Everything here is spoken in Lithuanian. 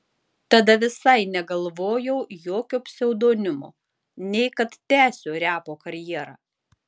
tada visai negalvojau jokio pseudonimo nei kad tęsiu repo karjerą